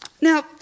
Now